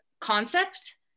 concept